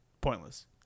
pointless